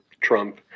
Trump